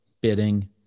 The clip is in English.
bidding